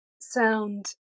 sound